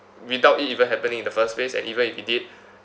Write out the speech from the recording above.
without it even happening in the first place and even if it did